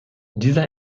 dieser